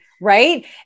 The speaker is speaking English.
right